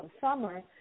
summer